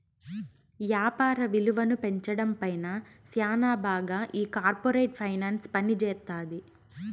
యాపార విలువను పెంచడం పైన శ్యానా బాగా ఈ కార్పోరేట్ ఫైనాన్స్ పనిజేత్తది